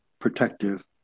protective